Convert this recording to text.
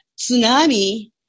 tsunami